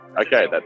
okay